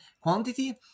quantity